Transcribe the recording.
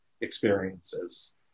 experiences